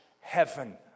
heaven